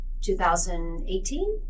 2018